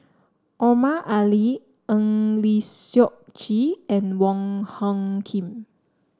Omar Ali Eng Lee Seok Chee and Wong Hung Khim